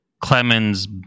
Clemens